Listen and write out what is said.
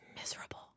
miserable